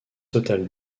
totale